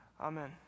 Amen